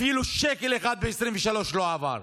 אפילו שקל אחד ב-2023 לא עבר.